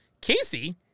Casey